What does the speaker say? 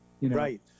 Right